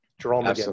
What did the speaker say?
Jerome